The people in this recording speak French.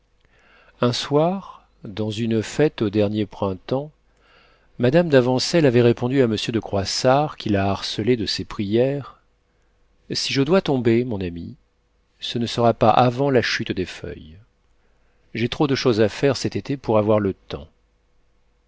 un soir dans une fête au dernier printemps mme d'avancelles avait répondu à m de croissard qui la harcelait de ses prières si je dois tomber mon ami ce ne sera pas avant la chute des feuilles j'ai trop de choses à faire cet été pour avoir le temps